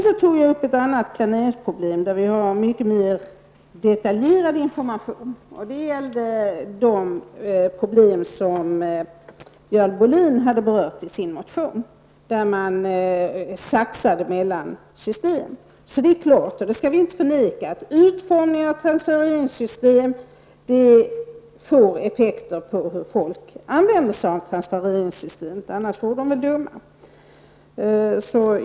Jag tog sedan upp ett annat planeringsproblem, där vi har mycket mer detaljerad information. Det gällde det problem som Görel Bohlin berört i sin motion, nämligen att man saxar mellan system. Det är klart -- det skall vi inte förneka -- att utformningen av transfereringssystem får effekter på hur folk använder dem; annars vore de väl dumma!